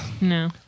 No